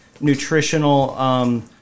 nutritional